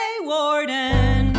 Warden